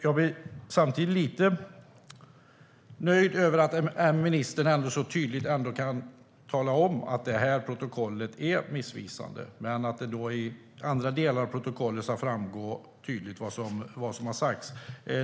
Samtidigt är jag lite nöjd över att ministern så tydligt talar om att protokollet är missvisande men att det i andra delar av protokollet tydligt ska framgå vad som har sagts.